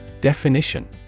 Definition